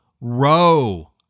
Row